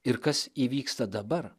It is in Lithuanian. ir kas įvyksta dabar